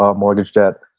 um mortgage debt,